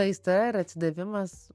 aistra ir atsidavimas